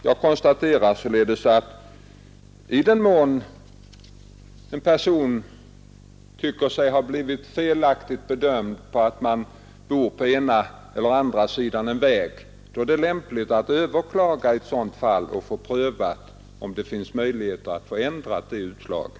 Jag konstaterar således att i den mån en person tycker sig ha blivit felaktigt bedömd därför att han bor på ena eller andra sidan en väg är det lämpligt att han överklagar och får prövat om det finns möjligheter att få utslaget ändrat.